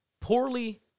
poorly